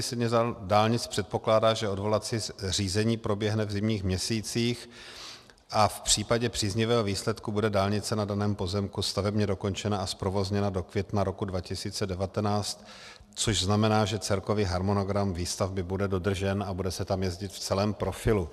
ŘSD předpokládá, že odvolací řízení proběhne v zimních měsících a v případě příznivého výsledku bude dálnice na daném pozemku stavebně dokončena a zprovozněna do května roku 2019, což znamená, že celkový harmonogram výstavby bude dodržen a bude se tam jezdit v celém profilu.